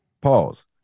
Pause